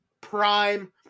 prime